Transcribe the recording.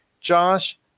Josh